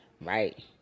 Right